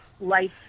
life